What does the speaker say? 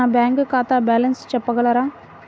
నా బ్యాంక్ ఖాతా బ్యాలెన్స్ చెప్పగలరా?